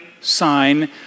sign